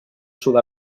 sud